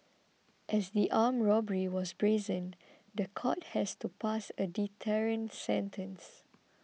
as the armed robbery was brazen the court has to pass a deterrent sentence